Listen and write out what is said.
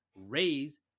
raise